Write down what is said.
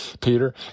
Peter